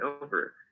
over